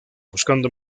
buscando